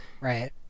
right